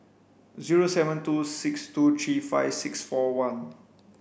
zero seven two six two three five six four one